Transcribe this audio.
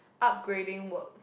upgrading works